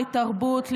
לתרבות,